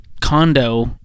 condo